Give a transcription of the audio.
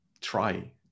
try